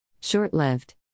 short-lived